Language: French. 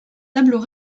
tableau